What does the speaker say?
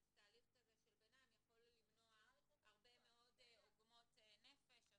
הליך ביניים יכול למנוע הרבה עוגמת נפש.